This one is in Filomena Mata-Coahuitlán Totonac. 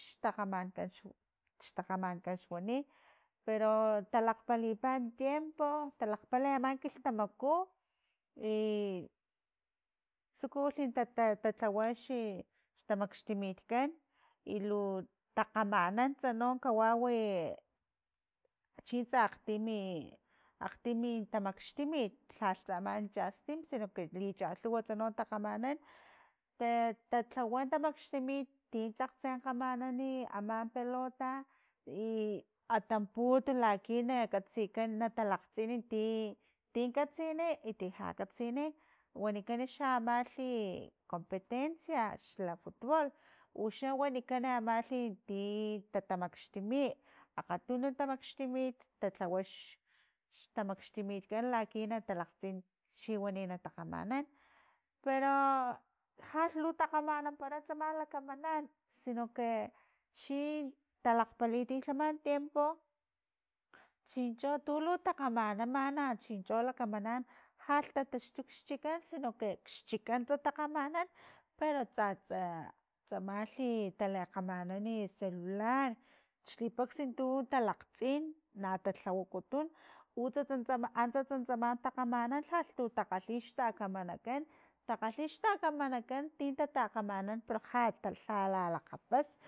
Xtakgamankan xhuani xtakgamankan xhuani pero talakgpalipa tiempo talakgpali ama kilhtamaku i tsukulhi ta- ta- talhawaxi xtamakxtumitkan i lu takgamanants no kawawi chinsa akgtimi akgtimi tamaxtimit lhalh tsaman chastim sino que li chalhuwats no takgamanan ta- talhawa limaxtumit tin tlakgtse kgamanani aman pelota i a tamputu laki na katsikan na talakgsin ti- ti katsini i ti lha katsini wanikan xla amalhi competencia xla futbol, uxa wanikan amalhi ti tatamakxtimi akgatunu tatamaxtimit talhawa xtamaxtimitkan laki na talakgtsin chiwani na takgamanan, pero jalu takgamananpara tsama lakamanan sino que chin talakgpalitilhama tiempo chincho tu lu talkgamanamana chincho lakamanan lhalh ta taxtu xchikan sino que xchikantstakgamanan pero tsatsa tsamalhi ta lekgamanan i celular, xlipax tu talakgtsin na talhawakutun utsats tsama antsatsa tsama ta kgamanan lhalh takgalhi xtakgamankan takgalhi xtakamankan ti takgamanan pero lha la lakgapas.